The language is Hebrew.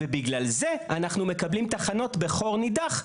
ובגלל זה אנחנו מקבלים תחנות בחור נידח,